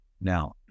Now